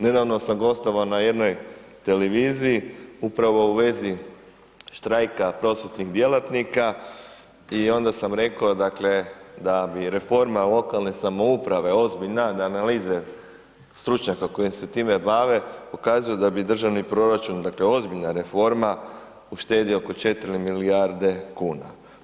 Nedavno sam gostovao na jednoj televiziji, upravo u vezi štrajka prosvjetnih djelatnika i onda sam rekao dakle da bi reforma lokalne samouprave ozbiljna, da analize stručnjaka koji se time bave, pokazuju da bi državni proračun, dakle ozbiljna reforma, uštedio oko 4 milijarde kuna.